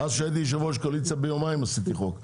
כשהייתי יושב ראש הקואליציה עשיתי חוק ביומיים.